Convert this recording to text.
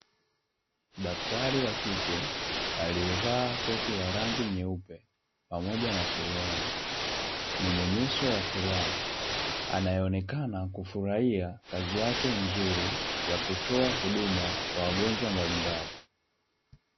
Daktari wa kike aliyevaa koti la rangi nyeupe pamoja na suruali, mwenye nyuso ya furaha anayeonekana kufurahia kazi yake nzuri ya kutoa huduma kwa wagonjwa mbalimbali.